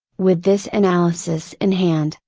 with this analysis in hand,